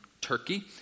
Turkey